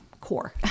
core